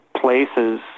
places